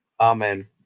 Amen